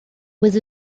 with